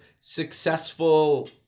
successful